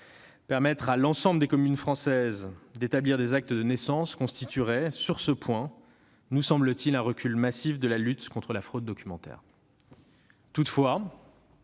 Permettre à l'ensemble des communes françaises d'établir des actes de naissance constituerait, sur ce point, un recul massif dans la lutte contre la fraude documentaire.